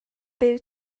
byw